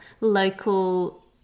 local